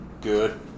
good